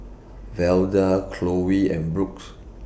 Velda Chloie and Brookes